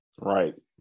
right